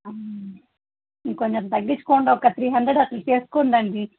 ఇంకొంచెం తగ్గించుకోండి ఒక త్రీ హండ్రెడ్ అట్ల చేసుకోండి అండి